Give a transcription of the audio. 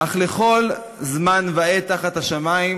אך לכול זמן ועת תחת השמים,